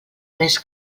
més